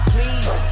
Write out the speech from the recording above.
Please